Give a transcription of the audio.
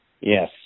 Yes